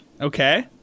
Okay